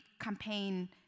campaign